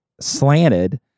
slanted